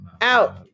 out